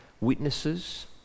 witnesses